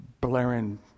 blaring